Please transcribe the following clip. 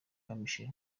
kamichi